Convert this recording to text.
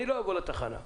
אני לא אבוא לתחנה.